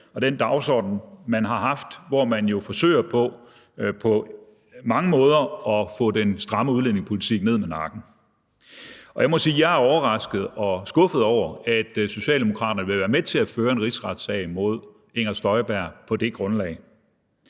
og den dagsorden, man har haft, hvor man jo på mange måder forsøger på at få den stramme udlændingepolitik ned med nakken. Jeg må sige, at jeg er overrasket og skuffet over, at Socialdemokraterne vil være med til at føre en rigsretssag mod Inger Støjberg på det grundlag.